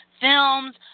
films